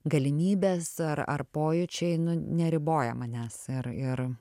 galimybės ar ar pojūčiai neriboja manęs ir ir